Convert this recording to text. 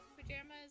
pajamas